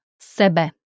sebe